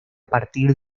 partir